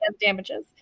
damages